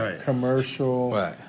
commercial